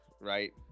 Right